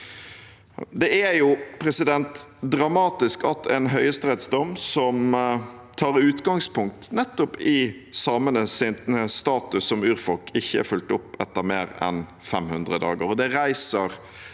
Det er dramatisk at en høyesterettsdom som tar utgangspunkt nettopp i samenes status som urfolk, ikke er fulgt opp etter mer enn 500 dager.